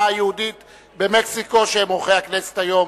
היהודית במקסיקו שהם אורחי הכנסת היום.